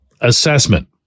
assessment